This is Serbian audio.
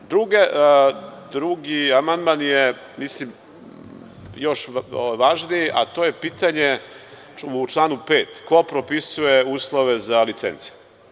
Drugi amandman je, mislim, još važniji, a to je pitanje u članu 5. - ko propisuje uslove za licence.